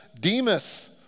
Demas